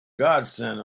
godsend